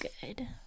good